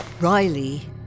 Riley